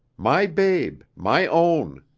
my babe, my own!